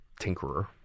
tinkerer